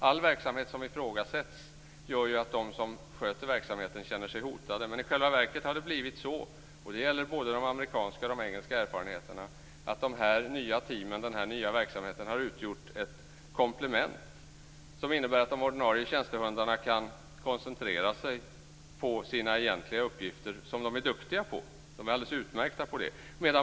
Allt ifrågasättande av en verksamhet innebär ju att de som sköter verksamheten känner sig hotade. Men i själva verket har det blivit så - och det gäller både de amerikanska och de engelska erfarenheterna - att de nya teamen, den nya verksamheten, har utgjort ett komplement. Det har inneburit att de ordinarie tjänstehundarna har kunnat koncentrera sig på sina egentliga uppgifter - som de är duktiga på. De är alldeles utmärkta på det.